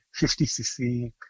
50cc